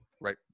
Right